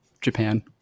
Japan